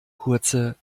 kurze